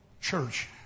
Church